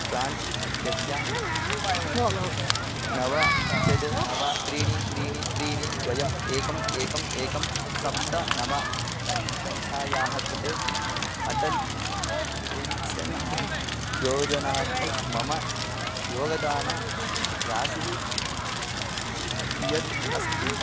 प्राण् इत्यस्य नव षट् नव त्रीणि त्रीणि त्रीणि द्वे एकम् एकम् एकं सप्त नव संख्यायाः कृते अटल् पेन्सन् योजनार्थं मम योगदानराशिः कियत् अस्ति